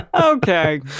Okay